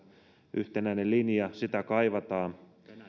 yhtenäistä linjaa kaivataan